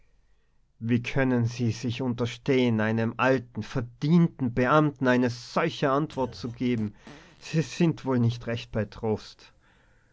wie können sie sich unterstehen einem alten verdienten beamten eine solche antwort zu geben sie sind wohl nicht recht bei troste